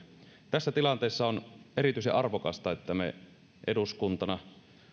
tässä tilanteessa on erityisen arvokasta että me eduskuntana